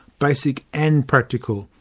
basic and practical,